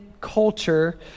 culture